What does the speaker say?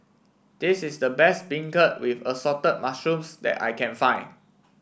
this is the best beancurd with Assorted Mushrooms that I can find